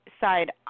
side